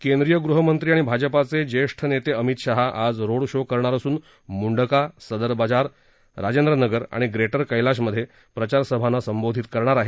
केंद्रीय गृहमंत्री आणि भाजपचे ज्येष्ठ नेते अमित शहा आज रोड शो करणार असून मुंडका सदरबजार राजेंद्र नगर आणि प्रेटर कैलाशमध्ये प्रचार सभांना संबोधित करणार आहेत